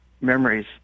memories